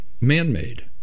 man-made